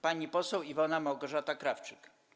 Pani poseł Iwona Małgorzata Krawczyk.